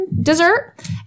Dessert